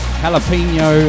jalapeno